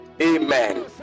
Amen